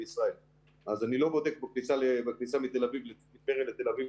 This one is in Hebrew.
אני לא בודק בכניסה מטבריה לתל אביב.